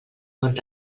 bon